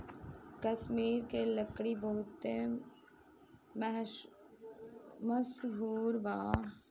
कश्मीर के लकड़ी बहुते मसहूर बा